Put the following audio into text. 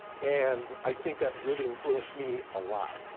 and i think that really influenced me a lot.